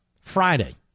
Friday